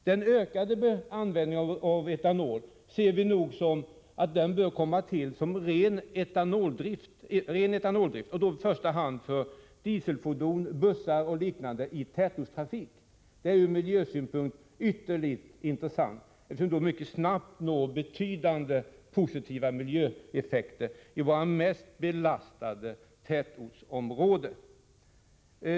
Den ökade användningen av etanol anser vi bör komma till som ren etanoldrift, i första hand för dieselfordon, bussar och liknande i tätortstrafik. Det är ur miljösynpunkt ytterst intressant, och man kan dessutom mycket snabbt nå betydande miljöeffekter i våra mest belastade tätortsområden.